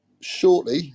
shortly